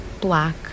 black